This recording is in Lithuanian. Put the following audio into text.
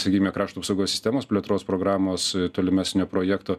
sakykime krašto apsaugos sistemos plėtros programos tolimesnio projekto